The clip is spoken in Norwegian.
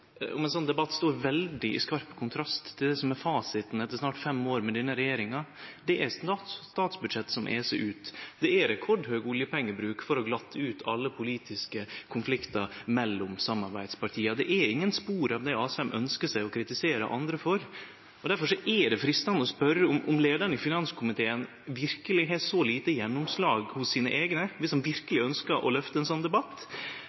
om ein sånn debatt står i veldig skarp kontrast til det som er fasiten etter snart fem år med denne regjeringa: Det er eit statsbudsjett som eser ut. Det er rekordhøg oljepengebruk for å glatte ut alle politiske konfliktar mellom samarbeidspartia. Det er ingen spor av det Asheim ønskjer seg og kritiserer andre for. Difor er det freistande å spørje om leiaren i finanskomiteen har så lite gjennomslag hos sine eigne dersom han verkeleg ønskjer å løfte ein sånn debatt,